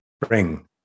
Bring